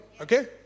Okay